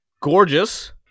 Gorgeous